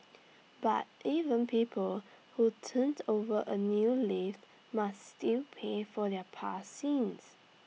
but even people who turned over A new leaf must still pay for their past sins